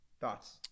Thoughts